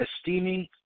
esteeming